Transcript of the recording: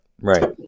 right